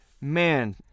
man